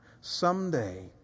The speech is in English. Someday